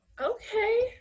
Okay